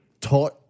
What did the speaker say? taught